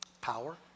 power